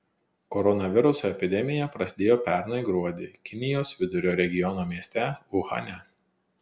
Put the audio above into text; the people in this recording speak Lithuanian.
koronaviruso epidemija prasidėjo pernai gruodį kinijos vidurio regiono mieste uhane